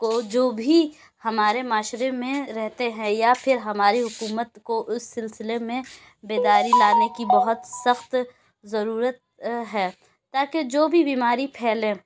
کو جو بھی ہمارے معاشرے میں رہتے ہیں یا پھر ہماری حکومت کو اس سلسلے میں بیداری لانے کی بہت سخت ضرورت ہے تاکہ جو بھی بیماری پھیلے